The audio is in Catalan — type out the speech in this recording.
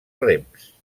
rems